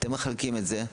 אתם בודקים את זה,